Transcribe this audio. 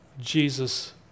Jesus